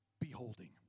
Beholding